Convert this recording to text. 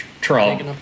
Trump